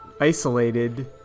isolated